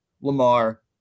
Lamar